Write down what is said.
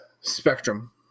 Spectrum